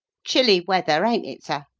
chilly weather, ain't it, sir?